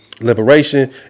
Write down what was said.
Liberation